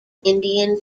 indian